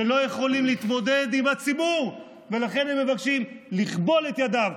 שלא יכולים להתמודד עם הציבור ולכן הם מבקשים לכבול את ידיו.